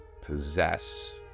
possess